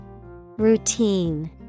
Routine